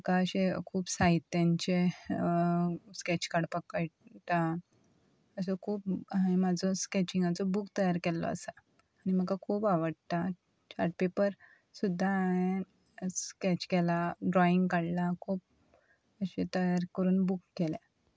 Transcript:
म्हाका अशें खूब साहित्यांचे स्कॅच काडपाक कयटा अशें खूब हांये म्हाजो स्कॅचिंगाचो बूक तयार केल्लो आसा आनी म्हाका खूब आवडटा चार्ट पेपर सुद्दां हांये स्कॅच केला ड्रॉइंग काडलां खूब अशें तयार करून बूक केल्या